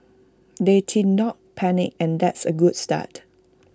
they did not panic and that's A good start